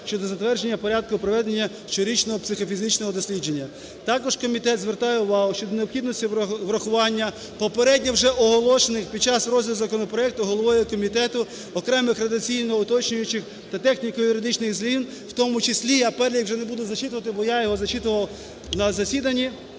щодо затвердження порядку проведення щорічного психофізіологічного дослідження..." Також комітет звертає увагу щодо необхідності врахування попередньо вже оголошених під час розгляду законопроекту головою комітету окремих редакційно уточнюючих та техніко-юридичних змін, в тому числі… Я перелік вже не буду зачитувати, бо я його зачитував на засіданні.